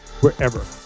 wherever